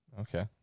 Okay